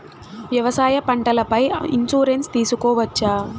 వ్యవసాయ పంటల పై ఇన్సూరెన్సు తీసుకోవచ్చా?